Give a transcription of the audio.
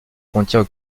contient